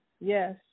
yes